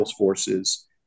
Salesforce's